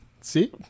See